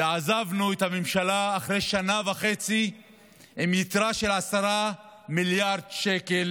ועזבנו את הממשלה אחרי שנה וחצי עם יתרה של 10 מיליארד שקל